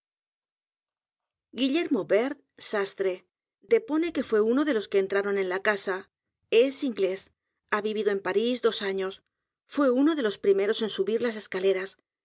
t r e depone que fué uno de los que entraron en la casa es inglés ha vivido en parís dos años f u é uno de los primeros en subir las escaleras